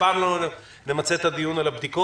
אף פעם לא נמצה את הדיון על הבדיקות,